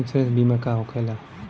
Insurance बीमा का होला?